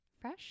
Fresh